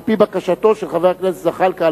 על-פי בקשתו של חבר הכנסת זחאלקה,